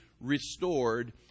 restored